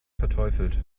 verteufelt